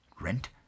Rent